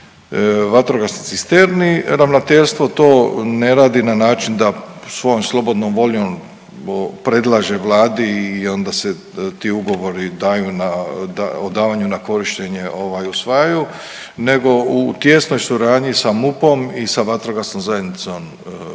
vatrogasnih cisterni ravnateljstvo to ne radi na način da svom slobodnom voljom predlaže Vladi i onda se ti ugovori daju o davanju na korištenje ovaj usvajaju nego u tijesnoj suradnji sa MUP-om i sa Vatrogasnom zajednicom